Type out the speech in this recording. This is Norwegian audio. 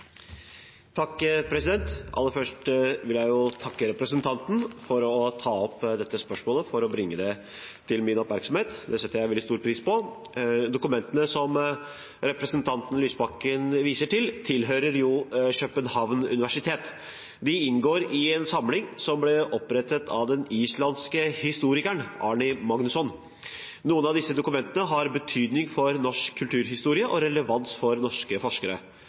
Aller først vil jeg takke representanten for å ta opp dette spørsmålet for å bringe det til min oppmerksomhet. Det setter jeg veldig stor pris på. Dokumentene som representanten Lysbakken viser til, tilhører Københavns Universitet. De inngår i en samling som ble opprettet av den islandske historikeren Árni Magnússon. Noen av disse dokumentene har betydning for norsk kulturhistorie og relevans for norske forskere.